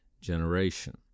generation